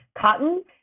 cotton